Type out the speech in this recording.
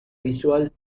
visual